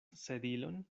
sedilon